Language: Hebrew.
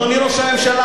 אדוני ראש הממשלה,